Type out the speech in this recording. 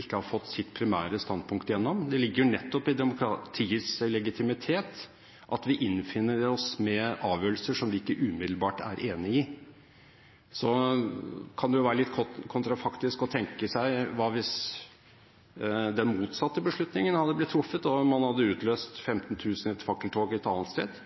ikke har fått sitt primære standpunkt gjennom. Det ligger nettopp i demokratiets legitimitet at vi avfinner oss med avgjørelser som vi ikke umiddelbart er enig i. Så kan det være litt kontrafaktisk å tenke: Hva hvis den motsatte beslutningen hadde blitt truffet og man hadde utløst 15 000 i et fakkeltog